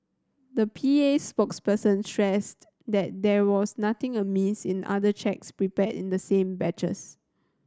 the P A spokesperson stressed that there was nothing amiss in the other cheques prepared in the same batches